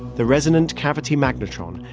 the resonant cavity magnetron,